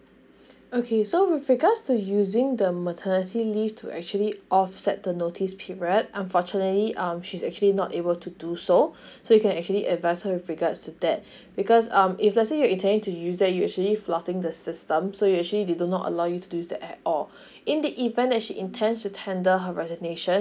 okay so with regards to using the maternity leave to actually offset the notice period unfortunately um she's actually not able to do so so you can actually advise her with regards to that because um if let's say you intend to use that you actually flouting the system so you actually they do not allow you to use the app or in the event that she intends to tender her resignation